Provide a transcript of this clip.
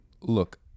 look